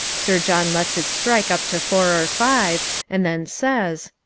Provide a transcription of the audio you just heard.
sir john lets it strike up to four or five, and then says,